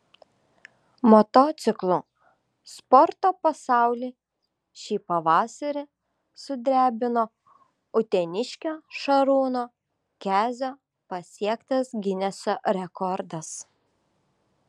motociklų sporto pasaulį šį pavasarį sudrebino uteniškio šarūno kezio pasiektas gineso rekordas